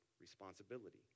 responsibility